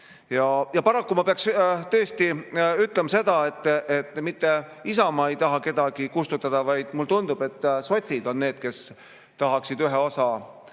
Paraku pean ma tõesti ütlema, et mitte Isamaa ei taha kedagi kustutada, vaid mulle tundub, et sotsid on need, kes tahaksid ühe osa